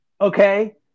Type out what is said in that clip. okay